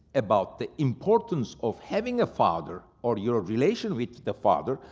about the importance of having a father or your relation with the father.